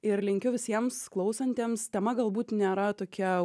ir linkiu visiems klausantiems tema galbūt nėra tokia